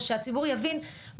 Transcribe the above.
שנה למעלה